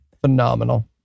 Phenomenal